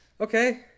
okay